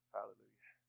Hallelujah